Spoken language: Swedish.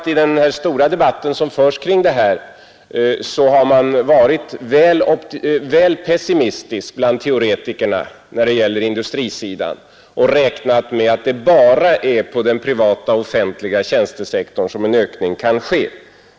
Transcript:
I den stora debatt som förs kring dessa problem har man varit väl pessimistisk bland teoretikerna när det gäller industrisidan och räknar med att det bara är på den privata och offentliga tjänstesektorn som en ökning kan ske.